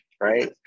Right